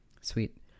Sweet